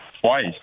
twice